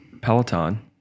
Peloton